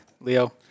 Leo